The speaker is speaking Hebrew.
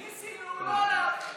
ניסינו, לא הלך.